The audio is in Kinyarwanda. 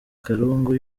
karungu